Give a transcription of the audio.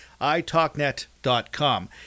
italknet.com